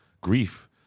grief